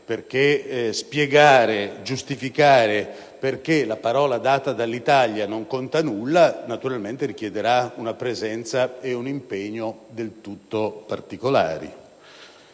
per spiegare e giustificare il motivo per cui la parola data dall'Italia non conta nulla; naturalmente, ciò richiederà una presenza ed un impegno del tutto particolari.